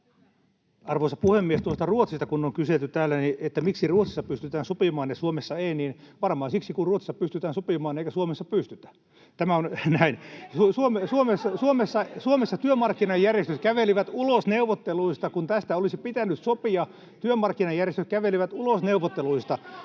Arvoisa puhemies! Tuosta Ruotsista kun on kyselty täällä, miksi Ruotsissa pystytään sopimaan ja Suomessa ei, niin varmaan siksi, kun Ruotsissa pystytään sopimaan eikä Suomessa pystytä. Tämä on näin. [Välihuutoja vasemmalta — Krista Kiuru: Se johtuu tästä hallituksesta!] Suomessa työmarkkinajärjestöt kävelivät ulos neuvotteluista,